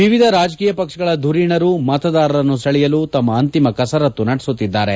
ವಿವಿಧ ರಾಜಕೀಯ ಪಕ್ಷಗಳ ಧುರೀಣರು ಮತದಾರರನ್ನು ಸೆಳೆಯಲು ತಮ್ಮ ಅಂತಿಮ ಕಸರತ್ತು ನಡೆಸುತ್ತಿದ್ದಾರೆ